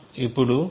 c ని చూస్తున్నాము